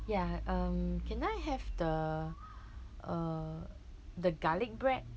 ya um can I have the uh the garlic bread